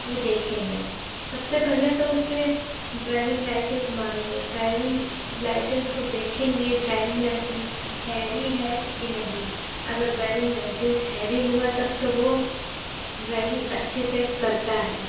वो देखेंगे सब से पहले तो उससे ड्राइविंग लाइसेंस मांगेंगे ड्राइविंग लाइसेंस को देखेंगे ड्राइविंग लाइसेंस हैवी है कि नहीं अगर ड्राइविंग लाइसेंस हैवी हुआ तब तो वो ड्राइविंग अच्छे से करता है